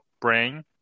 brain